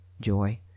joy